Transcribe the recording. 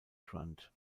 grant